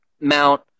mount